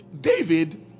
David